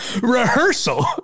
Rehearsal